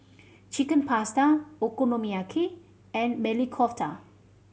Chicken Pasta Okonomiyaki and Maili Kofta